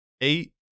eight